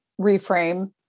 reframe